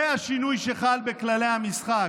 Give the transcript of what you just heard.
זה השינוי שחל בכללי המשחק.